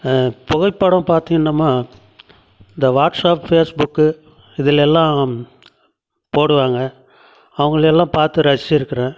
புகைப்படம் பாத்தீங்கன்னாமா இந்த வாட்ஸ்சப் ஃபேஸ்புக்கு இதுலலாம் போடுவாங்க அவங்களையெல்லாம் பார்த்து ரசிச்சுருக்குறேன்